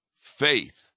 faith